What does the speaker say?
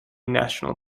national